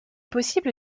possible